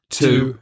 two